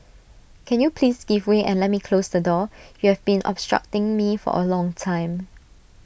can you please give way and let me close the door you have been obstructing me for A long time